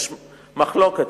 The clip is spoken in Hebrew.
יש מחלוקת.